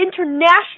international